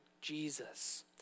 Jesus